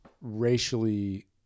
racially